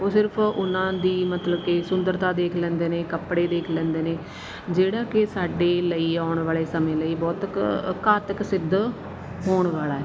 ਉਹ ਸਿਰਫ ਉਹਨਾਂ ਦੀ ਮਤਲਬ ਕਿ ਸੁੰਦਰਤਾ ਦੇਖ ਲੈਂਦੇ ਨੇ ਕੱਪੜੇ ਦੇਖ ਲੈਂਦੇ ਨੇ ਜਿਹੜਾ ਕਿ ਸਾਡੇ ਲਈ ਆਉਣ ਵਾਲੇ ਸਮੇਂ ਲਈ ਬਹੁਤ ਘ ਘਾਤਕ ਸਿੱਧ ਹੋਣ ਵਾਲਾ ਐ